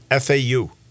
FAU